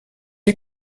est